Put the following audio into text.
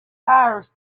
hires